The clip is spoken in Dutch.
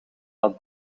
dat